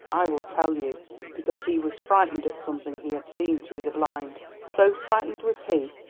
i will tell you because he was frightened at something he had seen through the blind. so frightened was he,